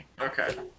Okay